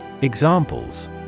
Examples